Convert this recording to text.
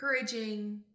encouraging